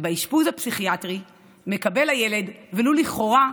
ובאשפוז הפסיכיאטרי מקבל הילד, ולו לכאורה,